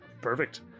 perfect